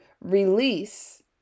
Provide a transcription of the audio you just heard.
release